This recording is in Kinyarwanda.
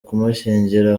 kumushyingira